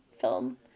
film